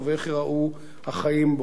ואיך ייראו החיים בו?